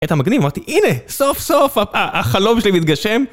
היית מגניב, אמרתי, הנה, סוף סוף החלום שלי מתגשם.